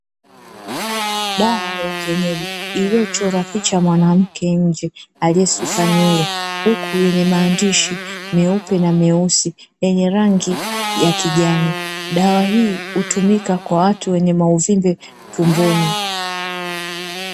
Dawa ya kienyeji iliyochorwa picha mwanamke nje aliyesuka nywele, huku yenye maandishi meupe na meusi yenye rangi ya kijani, dawa hii hutumika kwa watu wenye mauvimbe tumboni.